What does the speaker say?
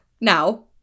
now